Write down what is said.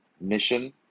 mission